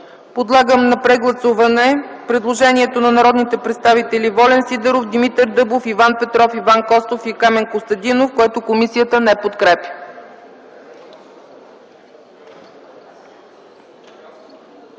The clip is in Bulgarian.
Подлагам на прегласуване предложението на народните представители Волен Сидеров, Димитър Дъбов, Иван Петров, Иван Костов и Камен Костадинов, което комисията не подкрепя.